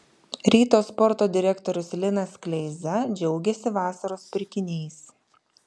ryto sporto direktorius linas kleiza džiaugėsi vasaros pirkiniais